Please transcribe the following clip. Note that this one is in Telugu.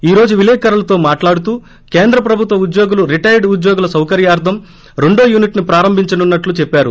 ఈ రోజు విలేఖరులతో మాట్లాడుతూ కేంద్ర ప్రభుత్వ ఉద్యోగులు రిటైర్డ్ ఉద్యోగుల సౌకర్యార్లం రెండో యూనిట్ ను ప్రారంభించనున్నట్లు చెప్పారు